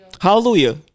Hallelujah